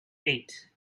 eight